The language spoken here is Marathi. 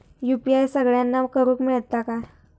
यू.पी.आय सगळ्यांना करुक मेलता काय?